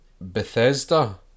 Bethesda